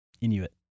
Inuit